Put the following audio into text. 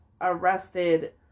arrested